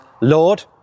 Lord